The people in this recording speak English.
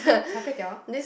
char-kway -eow